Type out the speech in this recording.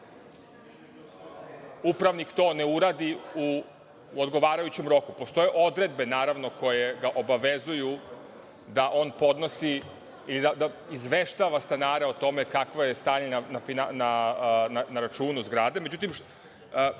upravnik to ne uradi u odgovarajućem roku. Postoje odredbe, naravno koje ga obavezuju da on podnosi i izveštava stanare o tome kakvo je stanje na računu zgrade.